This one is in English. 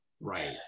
right